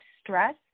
stress